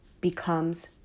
becomes